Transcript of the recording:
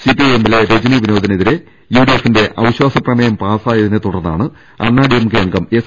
സിപിഐഎമ്മിലെ രജനി വിനോദിനെതിരെ യുഡിഎഫിന്റെ അവിശ്വാസ പ്രമേയം പാസായതിനെ തുടർന്നാണ് അണ്ണാ ഡിഎംകെ അംഗം എസ്